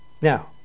Now